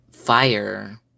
Fire